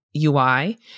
UI